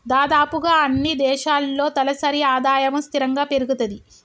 దాదాపుగా అన్నీ దేశాల్లో తలసరి ఆదాయము స్థిరంగా పెరుగుతది